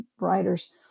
writers